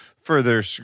further